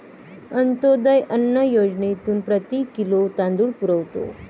अंत्योदय अन्न योजनेतून प्रति किलो तांदूळ पुरवतो